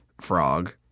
frog